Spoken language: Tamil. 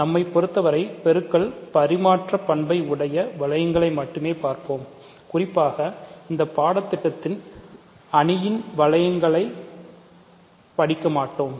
நம்மைப் பொறுத்தவரை பெருக்கல் பரிமாற்ற பண்பை உடைய வளையங்களை மட்டுமே பார்ப்போம் குறிப்பாக இந்த பாடத்திட்டத்தில் அணியின் வளையங்களை படிக்க மாட்டோம்